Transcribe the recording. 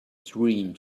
dream